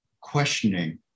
questioning